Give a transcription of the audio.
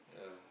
yeah